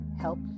help